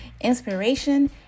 inspiration